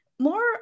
more